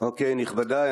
כנסת נכבדה,